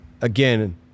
again